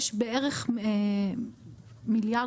מיליון